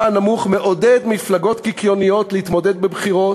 הנמוך מעודד מפלגות קיקיוניות להתמודד בבחירות